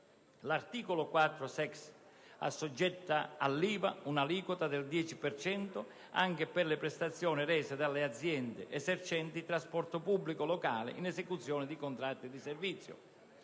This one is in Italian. L'articolo 4-*sexies* assoggetta all'IVA con aliquota del 10 per cento anche le prestazioni rese dalle aziende esercenti il trasporto pubblico locale in esecuzione di contratti di servizio.